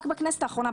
רק בכנסת האחרונה,